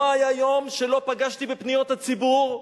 לא היה יום שלא פגשתי בפניות הציבור.